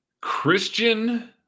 christian